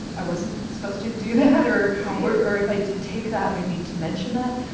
i wasn't supposed to do that? or or if i did take that, i need to mention that?